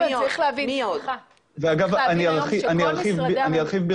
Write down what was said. ברשותך, אני ארחיב.